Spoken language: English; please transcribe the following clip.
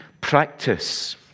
practice